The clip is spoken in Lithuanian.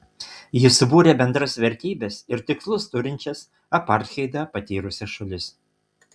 ji subūrė bendras vertybes ir tikslus turinčias apartheidą patyrusias šalis